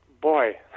boy